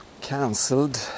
cancelled